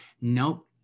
Nope